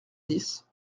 dix